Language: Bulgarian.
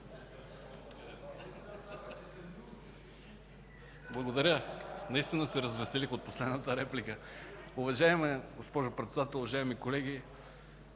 Благодаря. Наистина се развеселих от последната реплика. Уважаема госпожо Председател, уважаеми колеги!